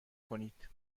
کنید